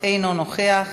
אינו נוכח,